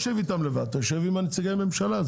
תשב איתם עם נציגי הממשלה.